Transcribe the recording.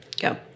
Go